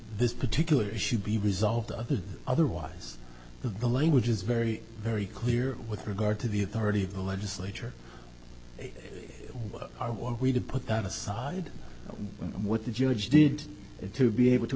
this particular issue be resolved of the otherwise the language is very very clear with regard to the authority of the legislature are we to put that aside what the judge did to be able to